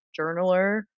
journaler